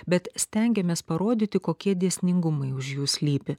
bet stengiamės parodyti kokie dėsningumai už jų slypi